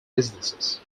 businesses